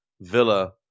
Villa